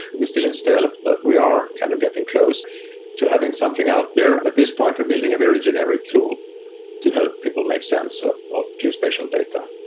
we're still in stealth, but we are kind of getting close to having something out there. at this point, we're building a very generic tool to help people make sense ah of geospatial data.